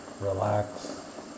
relax